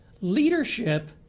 leadership